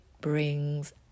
brings